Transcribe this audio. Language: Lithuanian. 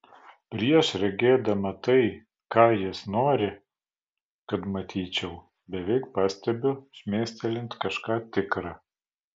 prieš regėdama tai ką jis nori kad matyčiau beveik pastebiu šmėstelint kažką tikra